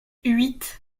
huit